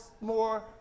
more